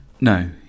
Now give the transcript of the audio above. No